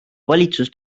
valitsus